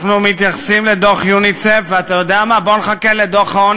רק תגיד לאיזה שנה הדוח,